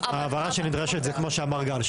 ההברה שנדרשת זה כמו שאמר גל.